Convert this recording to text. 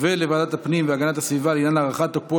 ולוועדת הפנים והגנת הסביבה לעניין הארכת תוקפו